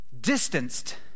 distanced